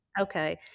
okay